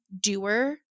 doer